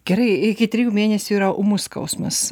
gerai iki trijų mėnesių yra ūmus skausmas